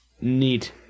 Neat